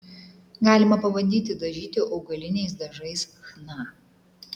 galima pabandyti dažyti augaliniais dažais chna